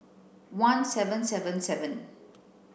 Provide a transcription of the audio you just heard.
one seven seven seven